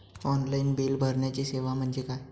Online bill भरण्याची सेवा म्हणजे काय?